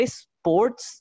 sports